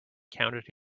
counted